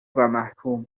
ومحکوم